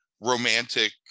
romantic